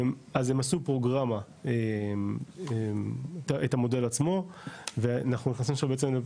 אז הם עשו פרוגרמה את המודל עצמו ואנחנו נכנסים עכשיו בעצם,